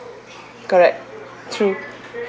correct true